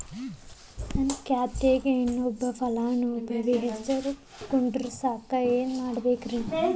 ನನ್ನ ಖಾತೆಕ್ ಇನ್ನೊಬ್ಬ ಫಲಾನುಭವಿ ಹೆಸರು ಕುಂಡರಸಾಕ ಏನ್ ಮಾಡ್ಬೇಕ್ರಿ?